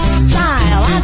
style